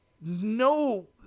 no